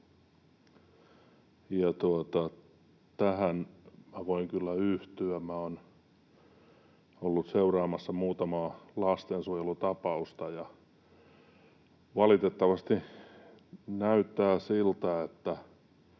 tähän voin kyllä yhtyä. Minä olen ollut seuraamassa muutamaa lastensuojelutapausta, ja valitettavasti näyttää siltä,